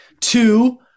two